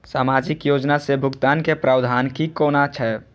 सामाजिक योजना से भुगतान के प्रावधान की कोना छै?